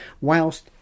whilst